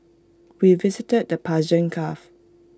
we visited the Persian gulf